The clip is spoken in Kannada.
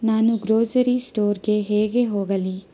ನಾನು ಗ್ರೋಸರಿ ಸ್ಟೋರ್ಗೆ ಹೇಗೆ ಹೋಗಲಿ